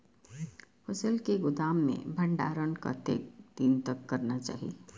फसल के गोदाम में भंडारण कतेक दिन तक करना चाही?